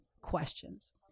questions